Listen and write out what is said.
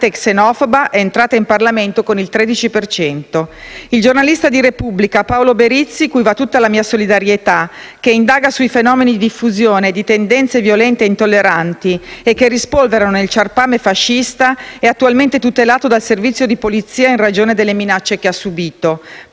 e xenofoba è entrata in Parlamento con il 13 per cento. Il giornalista del quotidiano «la Repubblica», Paolo Berizzi, cui va tutta la mia solidarietà, che indaga sui fenomeni di diffusione di tendenze violente e intolleranti e che rispolverano il ciarpame fascista, è attualmente tutelato dal servizio di Polizia, in ragione delle minacce che ha subito.